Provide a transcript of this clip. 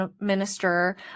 minister